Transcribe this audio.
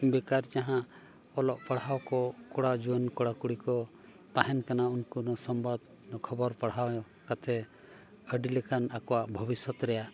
ᱵᱮᱠᱟᱨ ᱡᱟᱦᱟᱸ ᱚᱞᱚᱜ ᱯᱟᱲᱦᱟᱣ ᱠᱚ ᱠᱚᱲᱟ ᱡᱩᱣᱟᱹᱱ ᱠᱚᱲᱟᱼᱠᱩᱲᱤ ᱠᱚ ᱛᱟᱦᱮᱱ ᱠᱟᱱᱟ ᱩᱱᱠᱩ ᱱᱚᱣᱟ ᱥᱚᱝᱵᱟᱫ ᱠᱷᱚᱵᱚᱨ ᱯᱟᱲᱦᱟᱣ ᱠᱟᱛᱮᱫ ᱟᱹᱰᱤ ᱞᱮᱠᱟᱱ ᱟᱠᱚᱣᱟᱜ ᱵᱷᱚᱵᱤᱥᱥᱚᱛ ᱨᱮᱭᱟᱜ